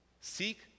Seek